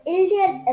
Indian